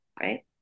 Right